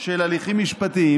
של הליכים משפטיים,